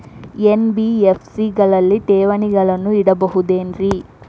NBFC ಗಳಲ್ಲಿ ಠೇವಣಿಗಳನ್ನು ಇಡಬಹುದೇನ್ರಿ?